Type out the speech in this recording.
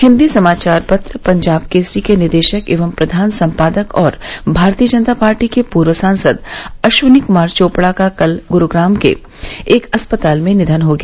हिंदी समाचार पत्र पंजाब केसरी के निदेशक एवं प्रधान संपादक और भारतीय जनता पार्टी के पूर्व सांसद अश्विनी कुमार चोपड़ा का कल गुरुग्राम के एक अस्पताल में निधन हो गया